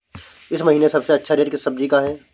इस महीने सबसे अच्छा रेट किस सब्जी का है?